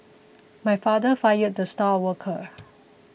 my father fired the star worker